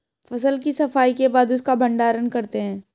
फसल की सफाई के बाद उसका भण्डारण करते हैं